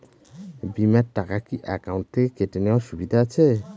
বিমার টাকা কি অ্যাকাউন্ট থেকে কেটে নেওয়ার সুবিধা আছে?